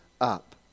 up